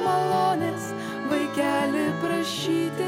malonės vaikeli prašyti